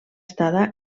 estada